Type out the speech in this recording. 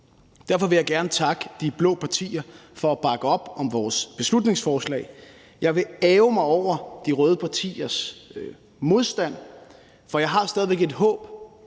Derfor vil jeg gerne takke de blå partier for at bakke op om vores beslutningsforslag. Jeg vil ærgre mig over de røde partiers modstand, for jeg har stadig væk et håb